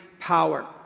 power